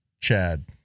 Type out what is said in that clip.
Chad